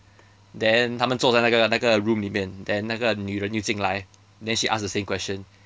then 他们坐在那个那个 room 里面 then 那个女人就进来 then she ask the same question